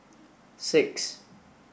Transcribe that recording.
six